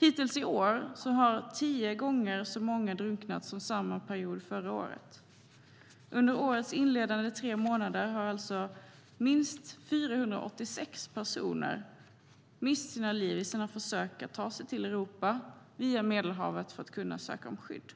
Hittills i år har tio gånger så många drunknat som samma period förra året. Under årets inledande tre månader har alltså minst 486 personer mist sina liv i sina försök att ta sig till Europa via Medelhavet för att kunna söka skydd.